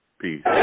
Peace